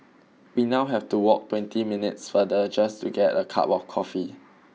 we now have to walk twenty minutes farther just to get a cup of coffee